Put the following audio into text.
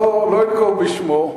לא אנקוב בשמו,